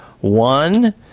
one